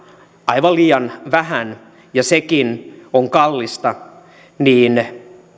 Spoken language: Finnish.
aivan liian vähän ja sekin on kallista